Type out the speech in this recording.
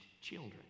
children